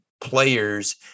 players